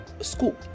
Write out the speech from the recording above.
school